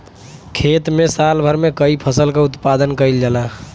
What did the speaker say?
खेत में साल भर में कई फसल क उत्पादन कईल जाला